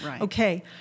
Okay